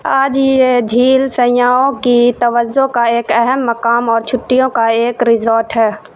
آج یہ جھیل سیاحوں کی توجہ کا ایک اہم مقام اور چھٹیوں کا ایک ریسورٹ ہے